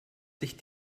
sich